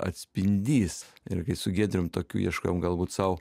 atspindys ir kai su giedrium tokių ieškojom galbūt sau